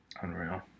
unreal